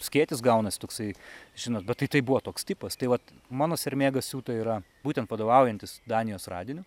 skėtis gaunasi toksai žinot bet tai tai buvo toks tipas tai vat mano sermėga siūta yra būtent vadovaujantis danijos radiniu